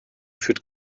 führt